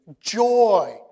joy